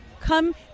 come